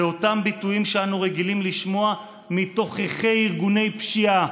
באותם ביטויים שאנו רגילים לשמוע מתוככי ארגוני פשיעה: